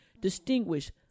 distinguished